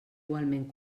igualment